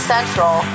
Central